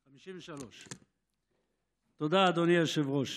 53. תודה, אדוני היושב-ראש.